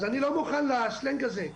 אז אני לא מוכן לסלנג הזה.